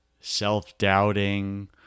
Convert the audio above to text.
self-doubting